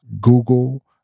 Google